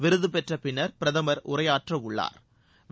விருது பெற்ற பின்னர் பிரதமர் உரையாற்றவுள்ளாா்